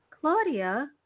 Claudia